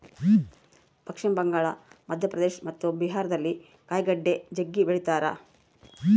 ಪಶ್ಚಿಮ ಬಂಗಾಳ, ಮಧ್ಯಪ್ರದೇಶ ಮತ್ತು ಬಿಹಾರದಲ್ಲಿ ಕಾಯಿಗಡ್ಡೆ ಜಗ್ಗಿ ಬೆಳಿತಾರ